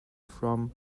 from